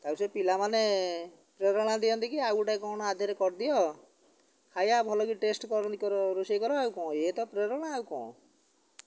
ଆଉ ସେ ପିଲାମାନେ ପ୍ରେରଣା ଦିଅନ୍ତି କି ଆଉ ଗୋଟାଏ କ'ଣ ଆଧେରେ କରିଦିଅ ଖାଇବା ଭଲକି ଟେଷ୍ଟ କରନି କର ରୋଷେଇ କର ଆଉ କଣ ଏଇଆ ତ ପ୍ରେରଣା ଆଉ କଣ